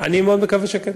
אני מאוד מקווה שכן.